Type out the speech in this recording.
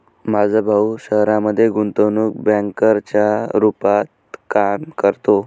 माझा भाऊ शहरामध्ये गुंतवणूक बँकर च्या रूपात काम करतो